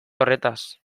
horretaz